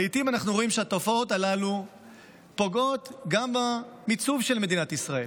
לעיתים אנחנו רואים שהתופעות הללו פוגעות גם במיצוב של מדינת ישראל,